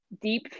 deep